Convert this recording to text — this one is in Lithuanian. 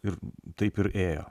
ir taip ir ėjo